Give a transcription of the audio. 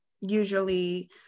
usually